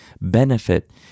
benefit